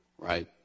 Right